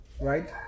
right